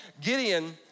Gideon